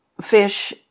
fish